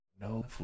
No